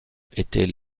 était